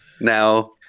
now